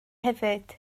hefyd